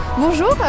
Bonjour